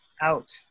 out